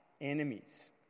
enemies